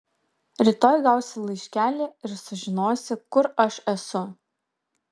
rytoj gausi laiškelį ir sužinosi kur aš esu